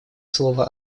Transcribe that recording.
слово